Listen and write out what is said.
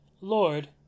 lord